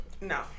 No